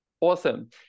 Awesome